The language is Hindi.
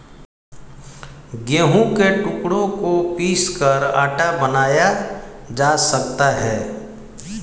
गेहूं के टुकड़ों को पीसकर आटा बनाया जा सकता है